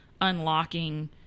unlocking